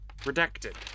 Redacted